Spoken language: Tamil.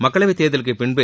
மக்களவைத் தேர்தலுக்குப் பின்பு